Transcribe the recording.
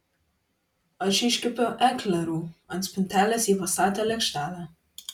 aš iškepiau eklerų ant spintelės ji pastatė lėkštelę